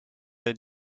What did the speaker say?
est